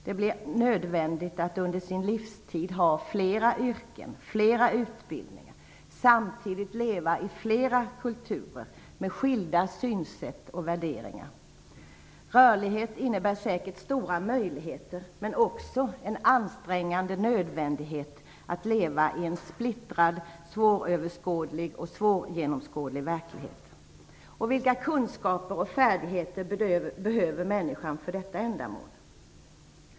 Det blir nödvändigt för människan att under sin livstid ha flera yrken och flera utbildningar och att samtidigt leva i flera kulturer med skilda synsätt och värderingar. Rörlighet innebär säkert stora möjligheter, men också en ansträngande nödvändighet att leva i en splittrad, svåröverskådlig och svårgenomskådlig verklighet. Vilka kunskaper och färdigheter behöver människan för detta ändamål?